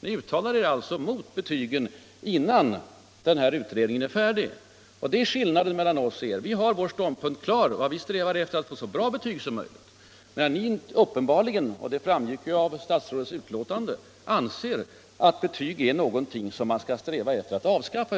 Ni uttalar er alltså mot betygen innan utredningen är färdig. Och det är skillnaden mellan oss och er. Vi har vår ståndpunkt klar. Vad vi strävar efter är att få ett så bra betygssystem som möjligt, medan ni uppenbarligen — det framgick ju av statsrådets anförande — anser att betyg är någonting som man skall sträva efter att avskaffa.